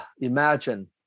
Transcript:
imagine